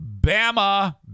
Bama